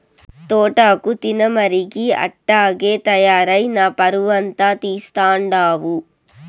తోటాకు తినమరిగి అట్టాగే తయారై నా పరువంతా తీస్తండావు